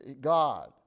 God